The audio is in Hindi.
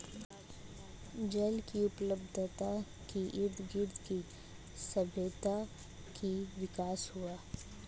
जल की उपलब्धता के इर्दगिर्द ही सभ्यताओं का विकास हुआ